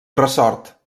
ressort